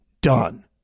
done